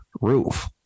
roof